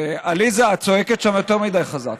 עליזה, את צועקת שם יותר מדי חזק,